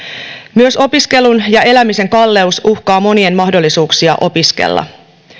myös opiskelun ja elämisen kalleus uhkaa monien mahdollisuuksia opiskella